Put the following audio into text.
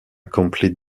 complete